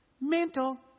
Mental